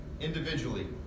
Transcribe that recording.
Individually